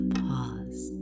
pause